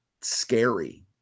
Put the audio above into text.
scary